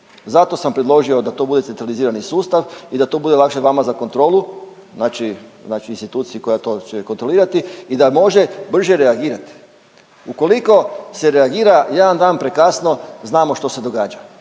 Zato sam predložio da to bude centralizirani sustav i da to bude lakše vama za kontrolu, znači instituciji koja to će kontrolirati i da može brže reagirati. Ukoliko se reagira jedan dan prekasno znamo što se događa.